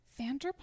Vanderpump